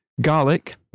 Garlic